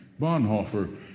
Bonhoeffer